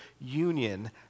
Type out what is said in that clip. union